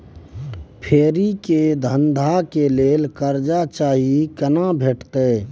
फेरी के धंधा के लेल कर्जा चाही केना भेटतै?